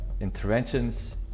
interventions